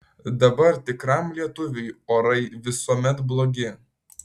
dabar tikram lietuviui orai visuomet blogi